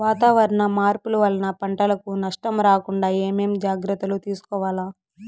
వాతావరణ మార్పులు వలన పంటలకు నష్టం రాకుండా ఏమేం జాగ్రత్తలు తీసుకోవల్ల?